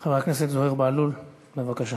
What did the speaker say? חבר הכנסת זוהיר בהלול, בבקשה.